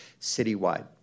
citywide